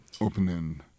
opening